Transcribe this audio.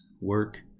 work